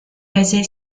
casey